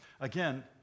again